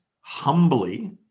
humbly